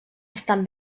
estan